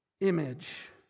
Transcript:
image